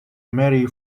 merry